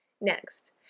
Next